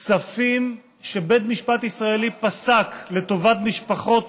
כספים שבית משפט ישראלי פסק לטובת משפחות